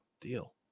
deal